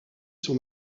son